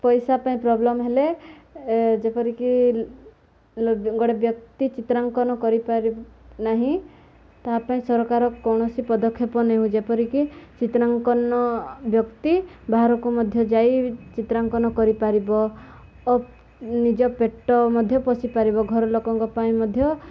ପଇସା ପାଇଁ ପ୍ରୋବ୍ଲେମ୍ ହେଲେ ଯେପରିକି ଗୋଟେ ବ୍ୟକ୍ତି ଚିତ୍ରାଙ୍କନ କରିପାରି ନାହିଁ ତା ପାଇଁ ସରକାର କୌଣସି ପଦକ୍ଷେପ ନେଉ ଯେପରିକି ଚିତ୍ରାଙ୍କନ ବ୍ୟକ୍ତି ବାହାରକୁ ମଧ୍ୟ ଯାଇ ଚିତ୍ରାଙ୍କନ କରିପାରିବ ଓ ନିଜ ପେଟ ମଧ୍ୟ ପୋଷିପାରିବ ଘରଲୋକଙ୍କ ପାଇଁ ମଧ୍ୟ